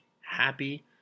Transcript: happy